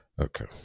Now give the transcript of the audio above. Okay